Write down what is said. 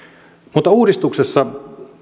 mutta uudistuksessa